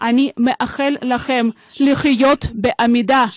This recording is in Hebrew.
אני מאחל לכם לחיות בעמידה.